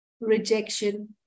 rejection